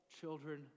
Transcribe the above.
children